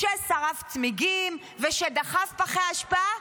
ששרף צמיגים ושדחף פחי אשפה?